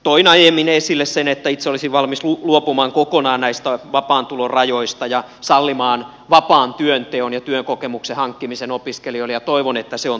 toin aiemmin esille sen että itse olisin valmis luopumaan kokonaan vapaan tulon rajoista ja sallimaan vapaan työnteon ja työkokemuksen hankkimisen opiskelijoille ja toivon että se on tulevaisuuden malli